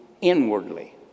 inwardly